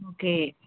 okay